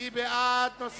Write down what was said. הסתייגות מס' 1, מי בעד?